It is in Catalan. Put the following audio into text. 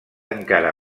encara